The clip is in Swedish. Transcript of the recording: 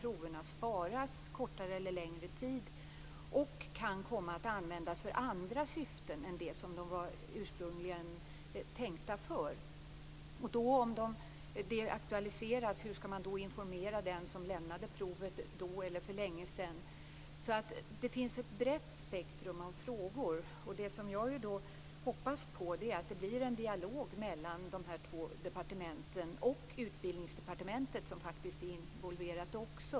Proverna sparas kortare eller längre tid och kan komma att användas för andra syften än de ursprungligen var tänkta för. Om en sådan situation aktualiseras, hur skall man då informera den som lämnade provet för länge sedan? Det finns ett brett spektrum av frågor. Jag hoppas på en dialog mellan de två departementen och även Utbildningsdepartementet.